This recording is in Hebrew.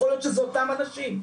יכול להיות שזה אותם אנשים,